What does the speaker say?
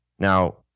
Now